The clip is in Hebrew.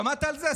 שמעת על זה,